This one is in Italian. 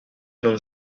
non